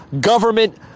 government